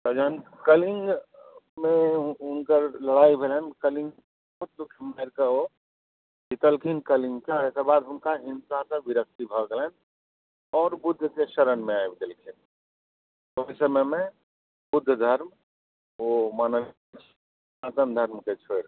आ जखन कलिंगमे हुनकर लड़ाइ भेलनि कलिंग मारि कऽ ओ जितलखिन कलिंगके एकर बाद हुनका हिंसासँ विरक्ति भऽ गेलनि आओर बुद्धके शरणमे आबि गेलखिन ओहि समयमे बौद्ध धर्म ओ मानलखिन अपन धर्मके छोड़ि कऽ